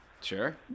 Sure